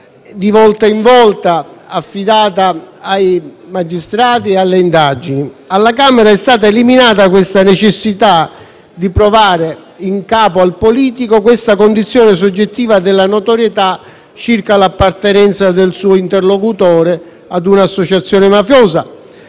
di volta in volta affidata ai magistrati e alle indagini. Alla Camera è stata eliminata la necessità di provare in capo al politico la condizione soggettiva della notorietà circa l'appartenenza del suo interlocutore ad una associazione mafiosa